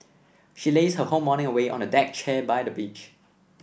she lazed her whole morning away on a deck chair by the beach